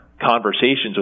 conversations